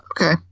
Okay